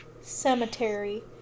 Cemetery